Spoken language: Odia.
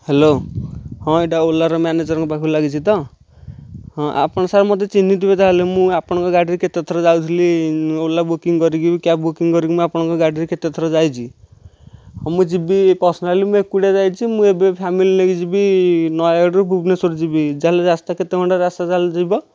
ହ୍ୟାଲୋ ହଁ ଏହିଟା ଓଲାର ମ୍ୟାନେଜରଙ୍କ ପାଖକୁ ଲାଗିଛି ତ ହଁ ଆପଣ ସାର୍ ମୋତେ ଚିହ୍ନିଥିବେ ଯା ହେଲେ ମୁଁ ଆପଣଙ୍କ ଗାଡ଼ିରେ କେତେ ଥର ଯାଉଥିଲି ଓଲା ବୁକିଂ କରିକି କ୍ୟାବ୍ ବୁକିଂ କରିକିନା ଆପଣଙ୍କ ଗାଡ଼ିରେ କେତେଥର ଯାଇଛି ହଁ ମୁଁ ଯିବି ପର୍ସନାଲି ମୁଁ ଏକୁଟିଆ ଯାଇଛି ମୁଁ ଏବେ ଫ୍ୟାମିଲି ନେଇକି ଯିବି ନୟାଗଡ଼ ରୁ ଭୁବନେଶ୍ୱର ଯିବି ଯା ହେଲେ ରାସ୍ତା କେତେ ଘଣ୍ଟା ରାସ୍ତା ତା'ହେଲେ ଯିବ